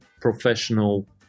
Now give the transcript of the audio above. professional